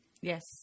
Yes